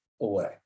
away